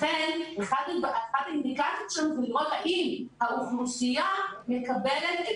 לכן אחת האינדיקציות שלנו היא לראות האם האוכלוסייה מקבלת את